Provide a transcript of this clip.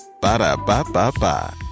Ba-da-ba-ba-ba